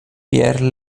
pierre